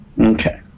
Okay